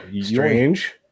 Strange